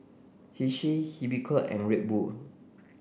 Hersheys Unicurd and Red Bull